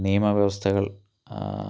നിയമവ്യവസ്ഥകൾ